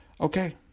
okay